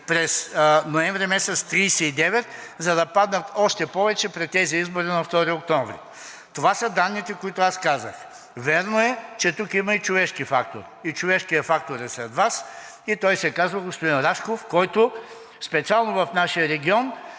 през ноември – 39%, за да паднат още повече при тези избори на 2 октомври 2022 г. Това са данните, които аз казах. Вярно е, че тук има и човешки фактор и човешкият фактор е сред Вас. Той се казва господин Рашков, който специално в нашия регион